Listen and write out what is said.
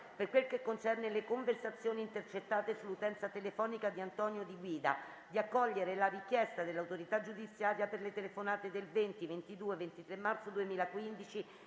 per quel che concerne le conversazioni intercettate sull'utenza telefonica di Antonio Di Guida, di accogliere la richiesta dell'autorità giudiziaria per le telefonate del 20, 22, 23 marzo 2015,